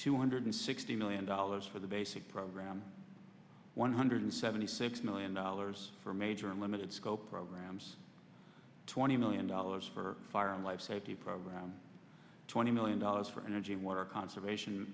two hundred sixty million dollars for the basic program one hundred seventy six million dollars for major limited scope programs twenty million dollars for fire and life safety programs twenty million dollars for energy water conservation